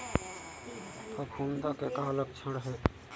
फफूंद के का लक्षण हे?